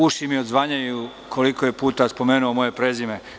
Uši mi odzvanjaju koliko je puta spomenuo moje prezime.